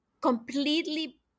completely